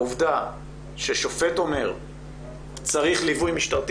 העובדה ששופט אומר שצריך ליווי משטרתי